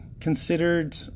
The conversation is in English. considered